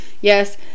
yes